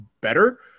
better